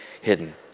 hidden